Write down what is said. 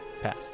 Pass